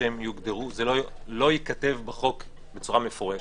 שזה לא ייכתב בחוק בצורה מפורשת,